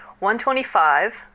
$125